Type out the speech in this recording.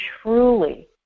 truly